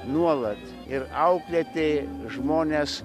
nuolat ir auklėti žmones